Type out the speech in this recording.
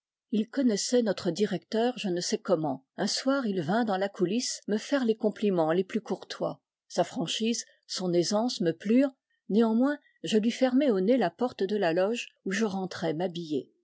il connaissait notre directeur je ne sais comment un soir il vint dans la coulisse me faire les complimens les plus courtois sa franchise son aisance me plurent néanmoins je lui fermai au nez la porte de la loge où je rentrais m'habiller